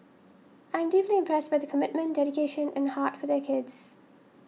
I am deeply impressed by the commitment dedication and heart for their kids